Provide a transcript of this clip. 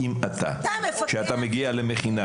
כשאתה מגיע למכינה,